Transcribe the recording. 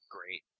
Great